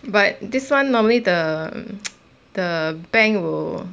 but this [one] normally the the bank will